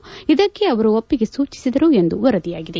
ಇಇದಕ್ಕೆ ಅವರು ಒಪ್ಪಿಗೆ ಸೂಚಿಸಿದರು ಎಂದು ವರದಿಯಾಗಿದೆ